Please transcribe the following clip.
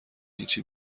هیچی